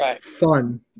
fun